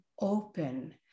open